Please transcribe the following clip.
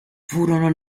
furono